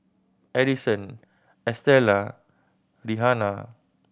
Adison Estela Rihanna